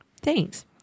Thanks